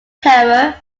terror